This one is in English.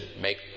make